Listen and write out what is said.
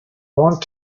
want